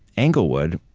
englewood,